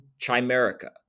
Chimerica